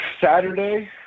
Saturday